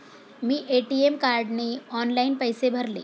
मी ATM कार्डने online पैसे भरले